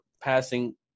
passing